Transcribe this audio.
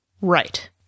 Right